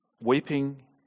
weeping